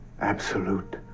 absolute